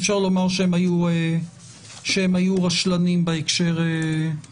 אי אפשר לומר שהם היו רשלנים בהקשר הזה.